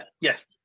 Yes